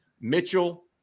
Mitchell